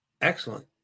excellent